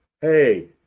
hey